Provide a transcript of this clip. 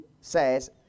says